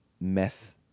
meth